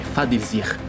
Fadizir